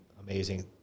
amazing